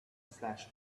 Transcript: flash